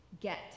get